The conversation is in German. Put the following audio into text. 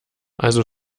also